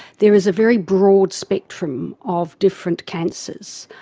there is a very broad spectrum of different cancers,